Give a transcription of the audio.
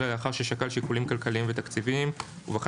אלא לאחר ששקל שיקולים כלכליים ותקציביים ובחן